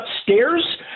upstairs